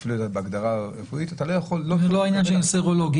בהגדרה רפואית אתה לא יכול --- זה לא העניין של סרולוגי,